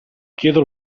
chiedo